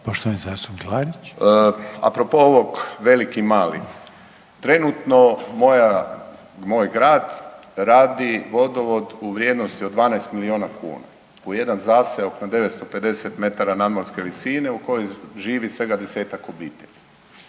Tomislav (HDZ)** Apropo ovog veliki – mali trenutno moj grad radi vodovod u vrijednosti od 12 milijuna kuna u jedan zaseok na 950 metara nadmorske visine u kojem živi svega desetak obitelji.